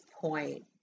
point